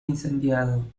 incendiado